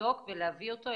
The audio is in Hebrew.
לבדוק ולהביא אותו,